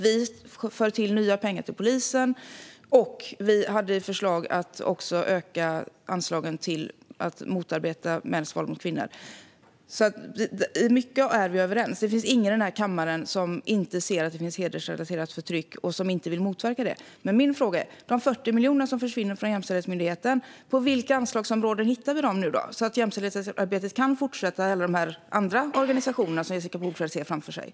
Vi för till nya pengar till polisen, och vi hade också ett förslag om att öka anslagen till att motverka mäns våld mot kvinnor. Mycket är vi alltså överens om. Det finns ingen i den här kammaren som inte ser att det finns hedersrelaterat förtryck och som inte vill motverka det. Min fråga är: På vilka anslagsområden hittar vi de 40 miljoner som försvinner från Jämställdhetsmyndigheten, så att jämställdhetsarbetet kan fortsätta i alla andra organisationer som Jessica Polfjärd ser framför sig?